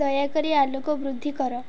ଦୟାକରି ଆଲୋକ ବୃଦ୍ଧି କର